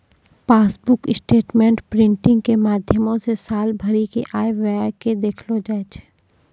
passbook statement printing के माध्यमो से साल भरि के आय व्यय के देखलो जाय छै